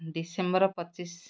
December ପଚିଶି